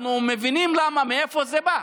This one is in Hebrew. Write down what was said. אנחנו מבינים מאיפה זה בא,